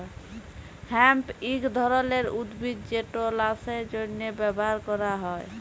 hemp ইক ধরলের উদ্ভিদ যেট ল্যাশার জ্যনহে ব্যাভার ক্যরা হ্যয়